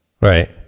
Right